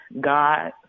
God